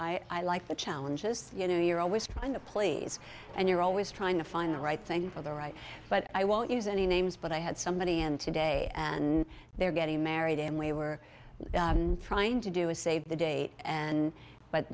people i like the challenges you know you're always trying to please and you're always trying to find the right thing for the right but i won't use any names but i had somebody and today and they're getting married and we were trying to do is save the date and